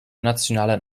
nationalen